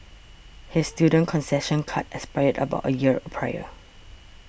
his student concession card expired about a year prior